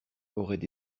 auraient